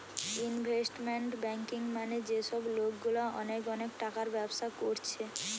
investment banking মানে যে সব লোকগুলা অনেক অনেক টাকার ব্যবসা কোরছে